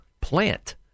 plant